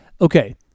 Okay